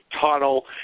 tunnel